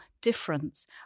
difference